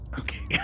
okay